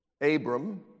Abram